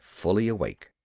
fully awake.